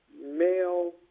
Male